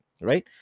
right